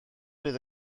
bydd